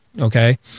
okay